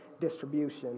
distribution